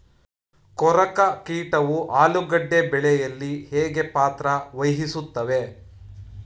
ಕೊರಕ ಕೀಟವು ಆಲೂಗೆಡ್ಡೆ ಬೆಳೆಯಲ್ಲಿ ಹೇಗೆ ಪಾತ್ರ ವಹಿಸುತ್ತವೆ?